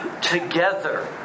Together